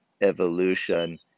evolution